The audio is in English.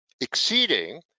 exceeding